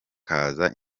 kaza